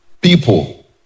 people